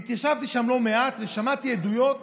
והתיישבתי שם לא מעט, ושמעתי עדויות